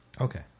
Okay